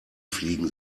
fliegen